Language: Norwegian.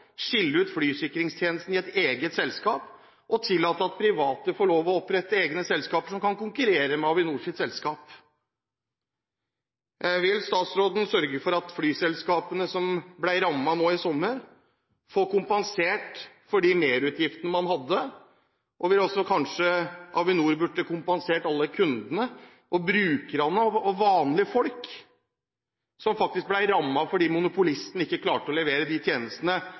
skille ut flysikringstjenesten i et eget selskap og tillate at private får lov til å opprette egne selskaper som kan konkurrere med Avinor? Vil statsråden sørge for at flyselskapene som ble rammet nå i sommer, får kompensert for de merutgiftene man hadde? Vil kanskje også Avinor kompensere alle kundene og brukerne og vanlige folk som faktisk ble rammet fordi monopolisten ikke klarte å levere de tjenestene